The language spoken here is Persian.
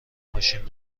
ماشین